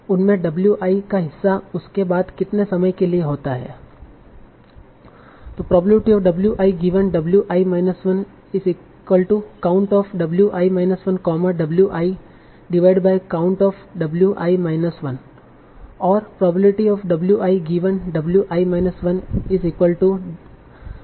उनमें w i का हिस्सा उसके बाद कितने समय के लिए होता है